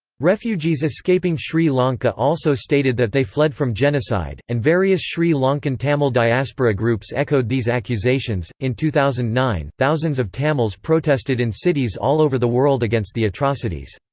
refugees escaping sri lanka also stated that they fled from genocide, and various sri lankan tamil diaspora groups echoed these accusations in two thousand and nine, thousands of tamils protested in cities all over the world against the atrocities.